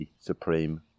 Supreme